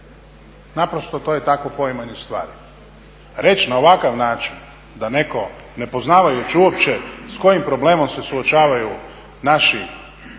Naprosto to je tako poimanje stvari. Reći na ovakav način da netko, ne poznavajući uopće s kojim problemom se suočavaju naša